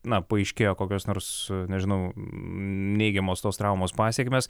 na paaiškėjo kokios nors nežinau neigiamos tos traumos pasekmės